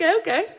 okay